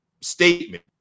statement